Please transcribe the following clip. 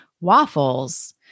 waffles